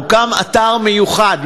הוקם אתר מיוחד,